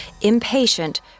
Impatient